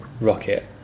Rocket